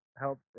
help